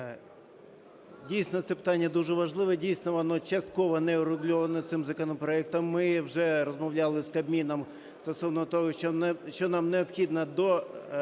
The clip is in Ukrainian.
Дійсно, це питання дуже важливе. Дійсно, воно частково не врегульовано цим законопроектом. Ми вже розмовляли з Кабміном стосовно того, що нам необхідно